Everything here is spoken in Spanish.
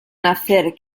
nacer